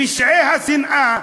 פשעי שנאה,